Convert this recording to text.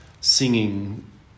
singing